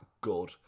good